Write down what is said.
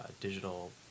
digital